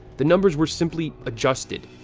the numbers were simply adjusted.